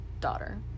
daughter